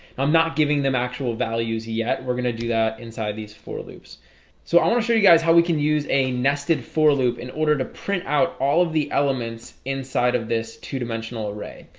i'm not giving them actual values yet we're gonna do that inside these four loops so i want to show you guys how we can use a nested for loop in order to print out all of the elements inside of this two-dimensional array,